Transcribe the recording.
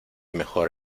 mejor